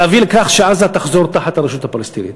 להביא לכך שעזה תחזור להיות תחת הרשות הפלסטינית,